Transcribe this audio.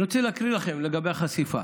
אני רוצה להקריא לכם לגבי החשיפה.